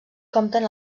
compten